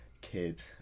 kid